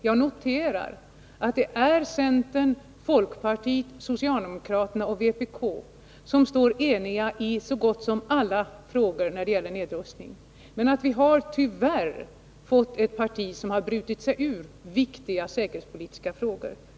Jag noterar att det är centern, folkpartiet, socialdemokraterna och vpk som står eniga i så gott som alla nedrustningsfrågor, men att ett parti tyvärr har brutit sig ur enigheten i viktiga säkerhetspolitiska frågor.